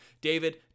David